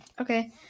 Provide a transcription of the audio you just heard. Okay